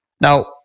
Now